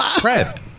Fred